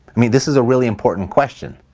i mean this is a really important question,